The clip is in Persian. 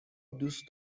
دوست